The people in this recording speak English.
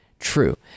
true